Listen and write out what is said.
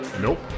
Nope